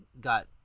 got